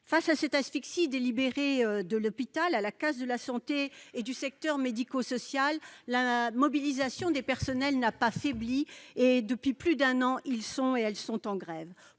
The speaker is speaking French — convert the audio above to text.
Devant cette asphyxie délibérée de l'hôpital, la casse de la santé et du secteur médico-social, la mobilisation du personnel n'a pas faibli. Depuis plus d'un an, il est en grève,